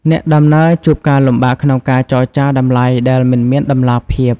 អ្នកដំណើរជួបការលំបាកក្នុងការចរចាតម្លៃដែលមិនមានតម្លាភាព។